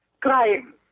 crying